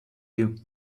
you